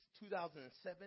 2007